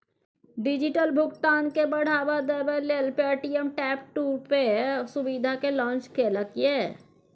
digital भुगतान केँ बढ़ावा देबै लेल पे.टी.एम टैप टू पे सुविधा केँ लॉन्च केलक ये